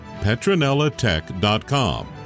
PetronellaTech.com